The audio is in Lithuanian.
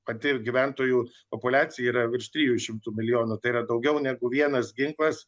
pati gyventojų populiacija yra virš trijų šimtų milijonų tai yra daugiau negu vienas ginklas